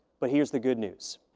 but here's the good news.